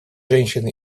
женщин